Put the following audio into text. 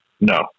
No